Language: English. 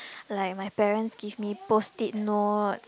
like my parents give me post it notes